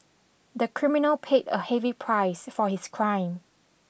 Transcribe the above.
the criminal paid a heavy price for his crime